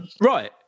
right